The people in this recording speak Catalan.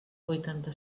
vuitanta